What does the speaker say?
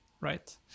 right